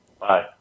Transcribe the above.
Bye